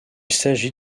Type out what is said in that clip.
s’agit